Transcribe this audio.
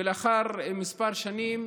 ולאחר כמה שנים